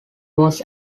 was